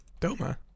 Doma